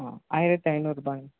ஆ ஆயிரத்து ஐந்நூறு ரூபாய்ங்க